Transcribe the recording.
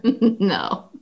No